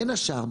בין השאר,